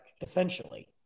essentially